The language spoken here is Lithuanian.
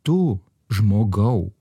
tu žmogau